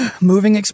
Moving